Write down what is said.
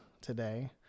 today